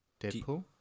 Deadpool